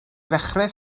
ddechrau